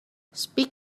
speak